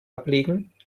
ablegen